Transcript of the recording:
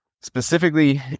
Specifically